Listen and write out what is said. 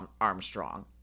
Armstrong